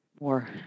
more